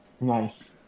nice